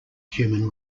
human